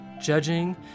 judging